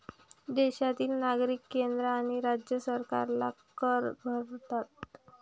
देशातील नागरिक केंद्र आणि राज्य सरकारला कर भरतात